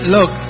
Look